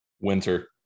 Winter